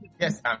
Yes